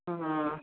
ਹਾਂ